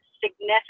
significant